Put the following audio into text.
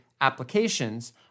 applications